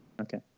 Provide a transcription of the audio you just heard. Okay